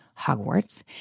Hogwarts